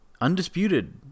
Undisputed